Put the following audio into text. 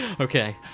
Okay